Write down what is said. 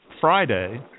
Friday